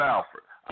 Alfred